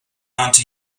unto